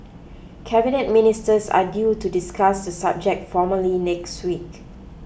Cabinet Ministers are due to discuss the subject formally next week